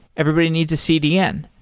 everybody needs a cdn.